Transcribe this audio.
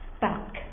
back